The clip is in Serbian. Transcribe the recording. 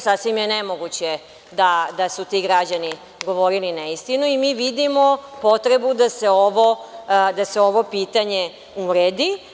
Sasvim je nemoguće da su ti građani govorili neistinu i mi vidimo potrebu da se ovo pitanje uredi.